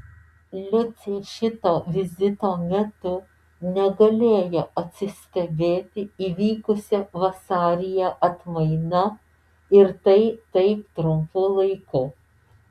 liucė šito vizito metu negalėjo atsistebėti įvykusia vasaryje atmaina ir tai taip trumpu laiku